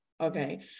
okay